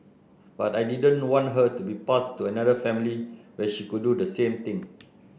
but I didn't want her to be passed to another family where she could do the same thing